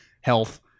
health